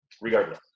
Regardless